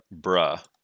bruh